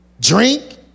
drink